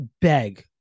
beg